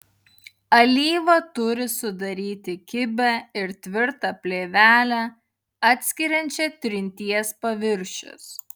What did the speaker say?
alyva turi sudaryti kibią ir tvirtą plėvelę atskiriančią trinties paviršius